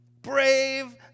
Brave